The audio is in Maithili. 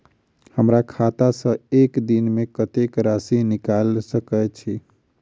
हमरा खाता सऽ एक दिन मे कतेक राशि निकाइल सकै छी